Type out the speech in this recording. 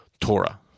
Torah